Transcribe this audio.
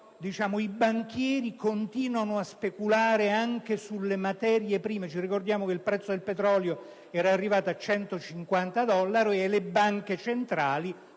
i banchieri continuano a speculare anche sulle materie prime. Ricordiamo che il prezzo del petrolio era arrivato a 150 dollari al barile. Le banche centrali